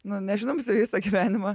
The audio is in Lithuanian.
nu nežliumbs visą gyvenimą